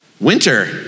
winter